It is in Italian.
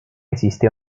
esiste